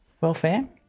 welfare